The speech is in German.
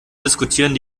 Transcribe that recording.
diskutieren